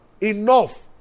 enough